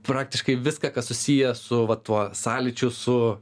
praktiškai viską kas susiję su va tuo sąlyčiu su